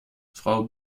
frau